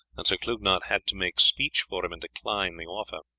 and sir clugnet had to make speech for him and decline the offer.